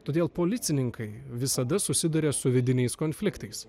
todėl policininkai visada susiduria su vidiniais konfliktais